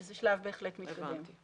שזה שלב בהחלט מתקדם.